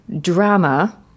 drama